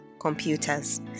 computers